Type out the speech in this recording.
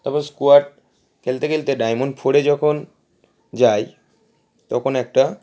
তারপর স্কোয়াড খেলতে খেলতে ডায়মন্ড ফোরে যখন যাই তখন একটা